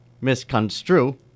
misconstrue